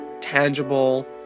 tangible